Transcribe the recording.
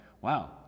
wow